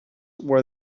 where